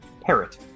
Parrot